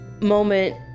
moment